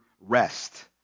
rest